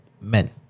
men